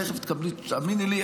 תאמיני לי,